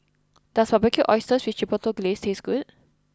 does Barbecued Oysters with Chipotle Glaze taste good